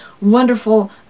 wonderful